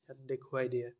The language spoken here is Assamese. ইয়াত দেখুৱাই দিয়ে